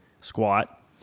squat